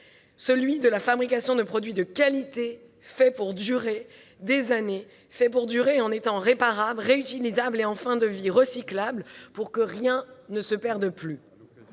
sobre, de la fabrication de produits de qualité faits pour durer des années, en étant réparables, réutilisables et, en fin de vie, recyclables, pour que rien ne se perde plus.